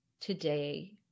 today